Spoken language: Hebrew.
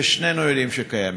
ששנינו יודעים שקיימים?